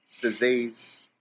disease